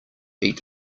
eat